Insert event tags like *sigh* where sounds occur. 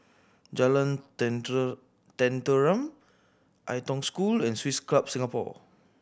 Jalan *unintelligible* Tenteram Ai Tong School and Swiss Club Singapore